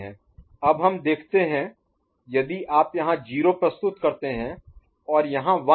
अब हम देखते हैं यदि आप यहाँ 0 प्रस्तुत करते हैं और यहाँ 1